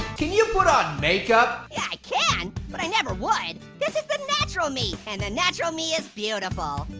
can you put on makeup? yeah, i can. but i never would. this is the natural me, and the natural me is beautiful.